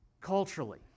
culturally